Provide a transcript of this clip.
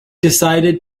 decided